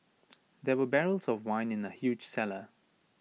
there were barrels of wine in the huge cellar